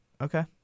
Okay